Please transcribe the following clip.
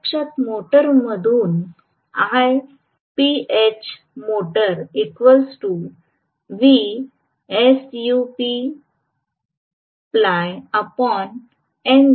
प्रत्यक्षात मोटारमधून एवढा करंट घेऊ या